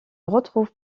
retrouve